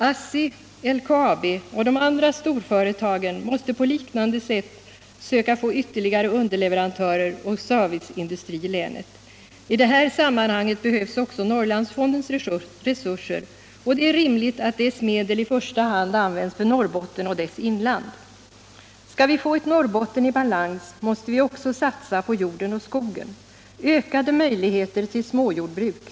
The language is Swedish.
ASST, LKAB och de andra storföretagen måste på liknande sätt söka få ytterligare underleverantörer och serviceindustri i länet. I det här sammanhanget behövs också Norrlandsfondens resurser, och det är rimligt att dessa medel i första hand används för Norrbotten och dess inland. Skall vi få ett Norrbotten i balans, måste vi också satsa på jorden och skogen: ökade möjligheter till småjordbruk.